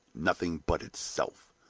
nothing but itself.